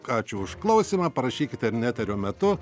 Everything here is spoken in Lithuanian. ačiū už klausimą parašykite ir ne eterio metu